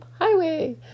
highway